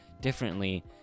differently